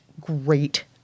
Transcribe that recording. great